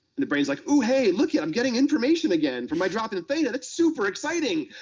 and the brain's like, ooh, hey, look. yeah i'm getting information again from my drop in the theta. that's super exciting.